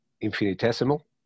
infinitesimal